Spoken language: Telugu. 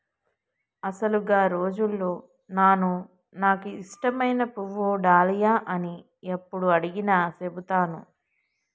అసలు గా రోజుల్లో నాను నాకు ఇష్టమైన పువ్వు డాలియా అని యప్పుడు అడిగినా సెబుతాను